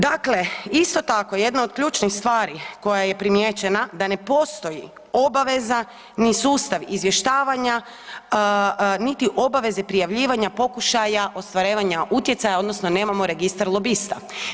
Dakle, isto tako jedna od ključnih stvari koja je primijećena, da ne postoji obaveza ni sustav izvještavanja, niti obaveze prijavljivanja pokušaja ostvarivanja utjecaja odnosno nemamo registar lobista.